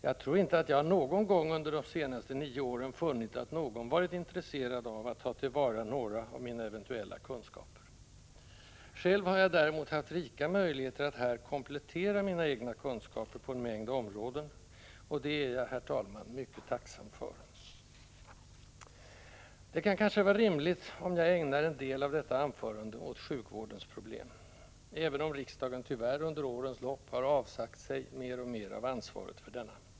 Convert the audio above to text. Jag tror inte att jag någon gång under de senaste nio åren funnit att någon varit intresserad av att ta till vara några av mina eventuella kunskaper. Själv har jag däremot haft rika möjligheter att här komplettera mina egna kunskaper på en mängd områden, och det är jag, herr talman, mycket tacksam för. Det kan kanske vara rimligt om jag ägnar en del av detta anförande åt sjukvårdens problem, även om riksdagen tyvärr under årens lopp har avsagt sig mer och mer av ansvaret för denna.